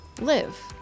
live